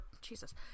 Jesus